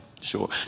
Sure